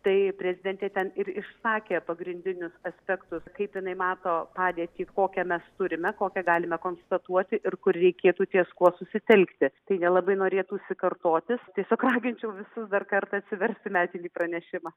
tai prezidentė ten ir išsakė pagrindinius aspektus kaip jinai mato padėtį kokią mes turime kokią galime konstatuoti ir kur reikėtų ties kuo susitelkti tai nelabai norėtųsi kartotis tiesiog raginčiau visus dar kartą atsiversti metinį pranešimą